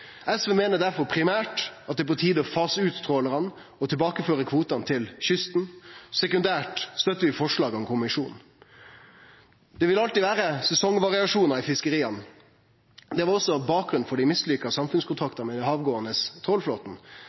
SV meiner difor primært at det er på tide å fase ut trålarane og tilbakeføre kvotane til kysten. Sekundært støttar vi forslaget om kommisjon. Det vil alltid vere sesongvariasjonar i fiskeria. Det var også bakgrunnen for dei mislykka samfunnskontraktane med den havgåande